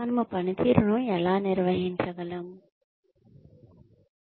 మనము పనితీరును ఎలా నిర్వహించగలం